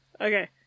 okay